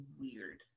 weird